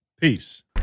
Peace